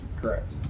Correct